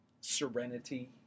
serenity